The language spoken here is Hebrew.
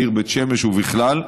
בעיר בית שמש ובכלל,